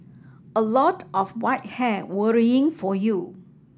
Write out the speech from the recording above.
a lot of white hair worrying for you